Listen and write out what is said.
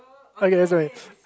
okay it's right